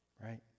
Right